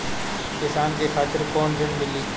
किसान के खातिर कौन ऋण मिली?